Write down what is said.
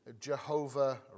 Jehovah